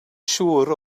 siŵr